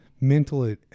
mental